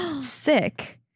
Sick